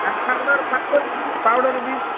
ଆଉ powder powder ବି powder ବି